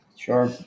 Sure